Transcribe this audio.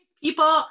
People